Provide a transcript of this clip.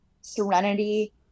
serenity